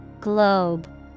Globe